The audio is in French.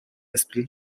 esprit